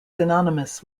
synonymous